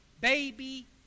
baby